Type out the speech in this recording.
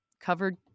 covered